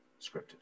scripted